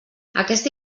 aquesta